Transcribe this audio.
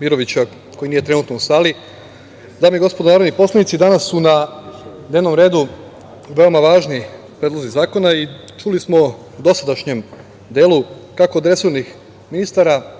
Mirovića, koji nije trenutno u sali. Dame i gospodo narodni poslanici, danas su na dnevnom redu veoma važni predlozi zakona. Čuli smo u dosadašnjem delu, kako od resornih ministara,